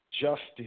justice